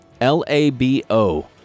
L-A-B-O